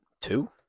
Two